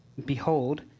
Behold